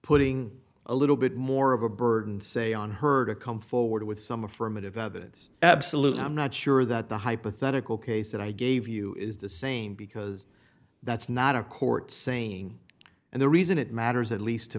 putting a little bit more of a burden say on her to come forward with some affirmative evidence absolutely i'm not sure that the hypothetical case that i gave you is the same because that's not a court saying and the reason it matters at least to